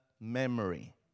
memory